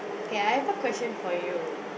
K I have a question for you